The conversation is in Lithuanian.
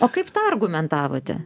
o kaip tą argumentavote